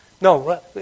No